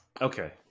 Okay